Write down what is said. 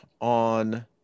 on